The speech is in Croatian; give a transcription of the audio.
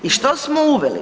I što smo uveli?